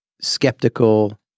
skeptical